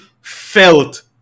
felt